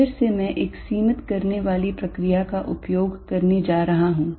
इसलिए फिर से मैं एक सीमित करने वाली प्रक्रिया का उपयोग करने जा रहा हूं